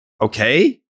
okay